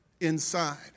inside